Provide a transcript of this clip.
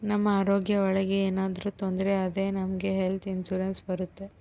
ನಮ್ ಆರೋಗ್ಯ ಒಳಗ ಏನಾದ್ರೂ ತೊಂದ್ರೆ ಆದ್ರೆ ನಮ್ಗೆ ಹೆಲ್ತ್ ಇನ್ಸೂರೆನ್ಸ್ ಬರುತ್ತೆ